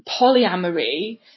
polyamory